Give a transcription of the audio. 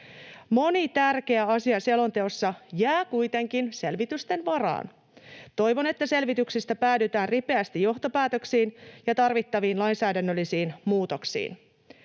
Moni tärkeä asia selonteossa jää kuitenkin selvitysten varaan. Toivon, että selvityksistä päädytään ripeästi johtopäätöksiin ja tarvittaviin lainsäädännöllisiin muutoksiin.